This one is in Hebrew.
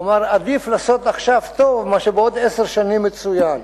הוא אמר: עדיף לעשות עכשיו טוב מאשר בעוד עשר שנים מצוין.